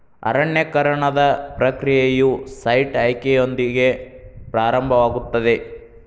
ಅರಣ್ಯೇಕರಣದ ಪ್ರಕ್ರಿಯೆಯು ಸೈಟ್ ಆಯ್ಕೆಯೊಂದಿಗೆ ಪ್ರಾರಂಭವಾಗುತ್ತದೆ